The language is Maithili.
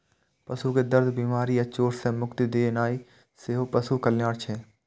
पशु कें दर्द, बीमारी या चोट सं मुक्ति दियेनाइ सेहो पशु कल्याण छियै